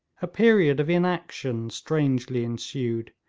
a period of inaction strangely ensued,